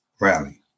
Rally